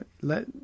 let